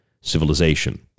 civilization